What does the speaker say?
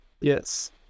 Yes